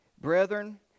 Brethren